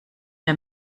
der